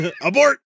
Abort